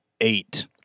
eight